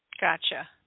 Gotcha